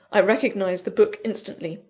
i recognised the book instantly.